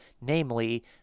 namely